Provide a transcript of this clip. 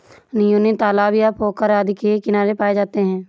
योनियों तालाब या पोखर आदि के किनारे पाए जाते हैं